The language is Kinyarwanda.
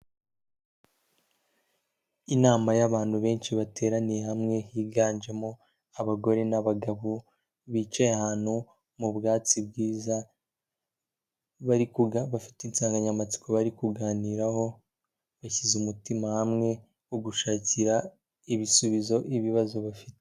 Inama y'abantu benshi bateraniye hamwe, higanjemo abagore n'abagabo, bicaye ahantu mu bwatsi bwiza, bafite insanganyamatsiko bari kuganiraho, bashyize umutima hamwe wo gushakira ibisubizo ibibazo bafite.